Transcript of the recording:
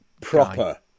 Proper